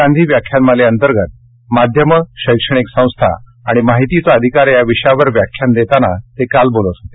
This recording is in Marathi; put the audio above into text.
गांधी व्याख्यानमाले अंतर्गत माध्यमं शैक्षणिक संस्था आणि माहितीचा अधिकार या विषयावर व्याख्यान देताना ते बोलत होते